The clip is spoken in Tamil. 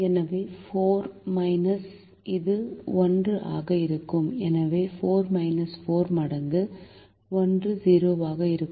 எனவே 4 இது 1 ஆக இருக்கும் எனவே 4 4 மடங்கு 1 0 ஆக இருக்கும்